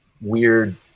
weird